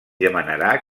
demanarà